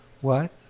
What